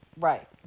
right